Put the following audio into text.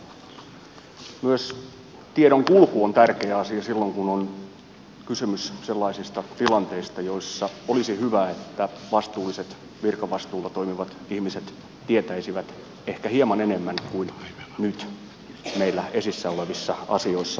myös tiedon kulku on tärkeä asia silloin kun on kysymys sellaisista tilanteista joissa olisi hyvä että vastuulliset virkavastuulla toimivat ihmiset tietäisivät ehkä hieman enemmän kuin nyt meillä esillä olevissa asioissa on käynyt